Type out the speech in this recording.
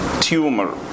tumor